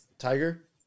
Tiger